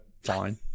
fine